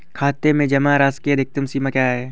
खाते में जमा राशि की अधिकतम सीमा क्या है?